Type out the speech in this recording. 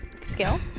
Skill